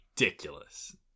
ridiculous